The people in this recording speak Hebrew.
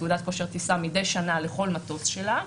תעודת כושר טיסה מדי שנה לכל מטוס שלה,